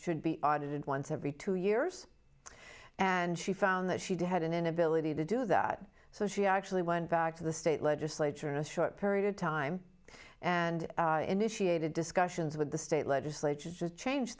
should be audited once every two years and she found that she had an inability to do that so she actually went back to the state legislature in a short period of time and initiated discussions with the state legislature to just change